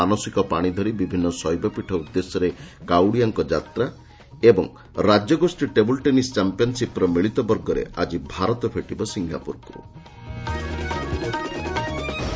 ମାନସିକ ପାଶି ଧରି ବିଭିନ୍ ଶୈବପୀଠ ଉଦ୍ଦେଶ୍ୟରେ କାଉଡିଆଙ୍କ ଯାତ୍ରା ଏବଂ ରାକ୍ୟଗୋଷୀ ଟେବୁଲ ଟେନିସ ଚାମ୍ପିୟନସିପ୍ର ମିଳିତ ବର୍ଗରେ ଆକି ଭାରତ ଭେଟିବ ସିଙ୍ଗାପ୍ତରକ୍